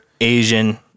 Asian